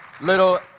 little